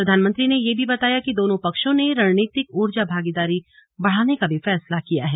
प्रधानमंत्री ने यह भी बताया कि दोनों पक्षों ने रणनीतिक ऊर्जा भागीदारी बढ़ाने का भी फैसला किया है